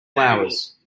flowers